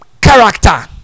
character